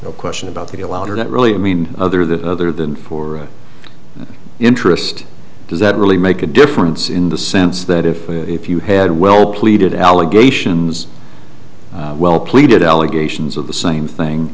the question about the allowed or not really i mean other than other than for interest does that really make a difference in the sense that if you had well pleaded allegations well pleaded allegations of the same thing